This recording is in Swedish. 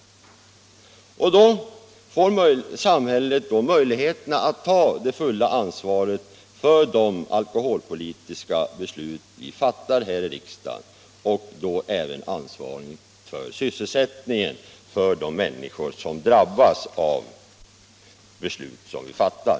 Då får samhället möj lighet att ta det fulla ansvaret för de alkoholpolitiska beslut vi fattar här i riksdagen och då även ansvaret för sysselsättningen för de människor som drabbas av dessa beslut.